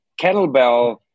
kettlebell